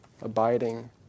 abiding